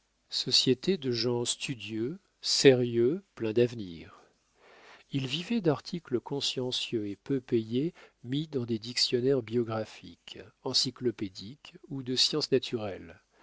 société de gens studieux sérieux pleins d'avenir il vivait d'articles consciencieux et peu payés mis dans des dictionnaires biographiques encyclopédiques ou de sciences naturelles